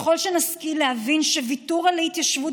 ככל שנשכיל להבין שוויתור על ההתיישבות